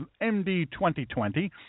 MD-2020